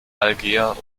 algier